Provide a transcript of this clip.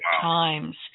times